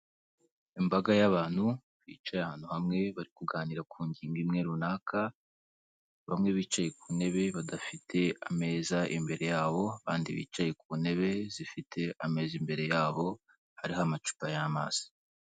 Imbaga y'abantu bicaye ahantu hamwe, bari kuganira ku ngingo imwe runaka, bamwe bicaye ku ntebe badafite ameza imbere yabo, abandi bicaye ku ntebe zifite ameza imbere yabo hariho amacupa y'amazi.